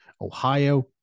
Ohio